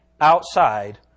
outside